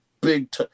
big –